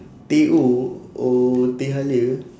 teh o or teh halia